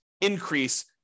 increase